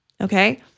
Okay